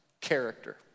character